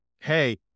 hey